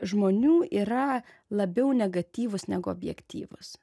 žmonių yra labiau negatyvūs negu objektyvūs